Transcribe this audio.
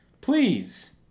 please